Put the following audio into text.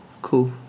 Cool